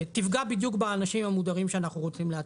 תפגע בדיוק באנשים המודרים שאנחנו רוצים לאתר.